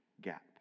gap